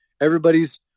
everybody's